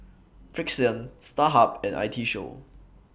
Frixion Starhub and I T Show